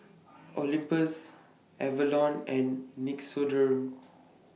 Olympus Avalon and Nixoderm